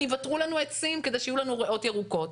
יוותרו לנו עצים כדי שיהיו לנו ריאות ירוקות.